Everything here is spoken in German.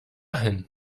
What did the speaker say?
hin